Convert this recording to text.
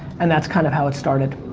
and that's kind of how it started.